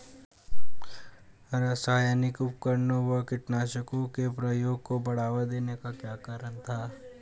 रासायनिक उर्वरकों व कीटनाशकों के प्रयोग को बढ़ावा देने का क्या कारण था?